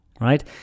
right